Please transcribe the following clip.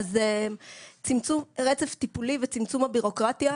רצף טיפולי וצמצום הבירוקרטיה).